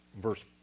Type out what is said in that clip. Verse